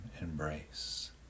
embrace